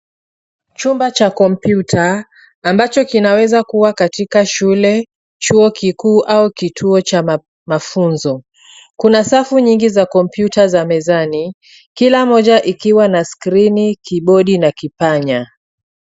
Chumba cha kompyuta ambacho kinaweza kuwa katika shule, chuo kikuu au kituo cha mafunzo. Kuna safu nyingi za kompyuta za mezani, kila moja ikiwa na skrini, kibodi na kipanya.